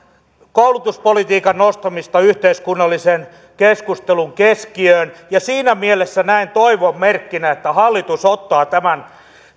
koulutuspolitiikan nostamista yhteiskunnallisen keskustelun keskiöön ja siinä mielessä näen toivon merkkinä että hallitus ottaa tämän